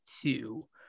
two